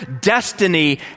destiny